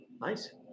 Nice